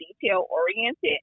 detail-oriented